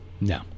No